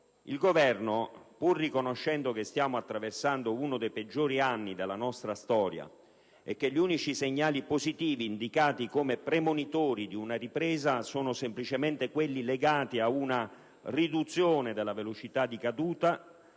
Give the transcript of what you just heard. Il Governo, pur riconoscendo che stiamo attraversando uno dei peggiori anni della nostra storia e che gli unici segnali positivi indicati come premonitori di una ripresa sono semplicemente quelli legati a una riduzione della velocità di caduta,